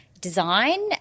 design